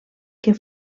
que